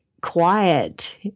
quiet